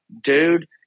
Dude